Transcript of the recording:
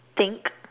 think